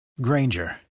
Granger